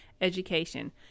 Education